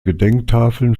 gedenktafeln